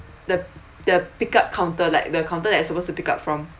the the pick up counter like the counter that you supposed to pick up from